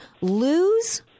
lose